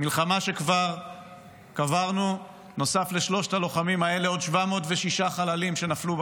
מלחמה שבה כבר קברנו בנוסף לשלושת הלוחמים הללו עוד 706 חללים שנפלו,